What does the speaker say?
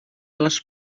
les